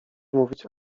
mówić